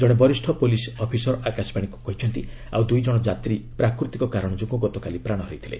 ଜଣେ ବରିଷ୍ଠ police officer ଆକାଶବାଣୀକୁ ଜଣାଇଛନ୍ତି ଆଉ ଦ୍ଇଜଣ ଯାତ୍ରୀ ପ୍ରାକୃତିକ କାରଣ ଯୋଗୁଁ ଗତକାଲି ପ୍ରାଣ ହରାଇଥିଲେ